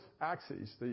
axes